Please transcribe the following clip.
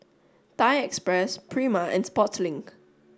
Thai Express Prima and Sportslink